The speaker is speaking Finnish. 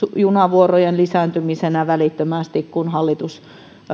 junavuorojen lisääntymisenä välittömästi kun hallitus